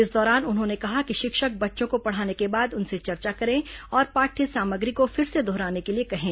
इस दौरान उन्होंने कहा कि शिक्षक बच्चों को पढ़ाने के बाद उनसे चर्चा करें और पाढ़य सामग्री को फिर से दोहराने के लिए कहें